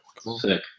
Sick